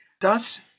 Thus